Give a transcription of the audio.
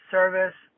Service